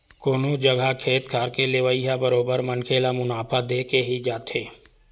कोनो जघा खेत खार के लेवई ह बरोबर मनखे ल मुनाफा देके ही जाथे